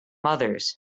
others